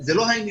זה לא העניין.